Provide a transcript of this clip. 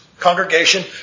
Congregation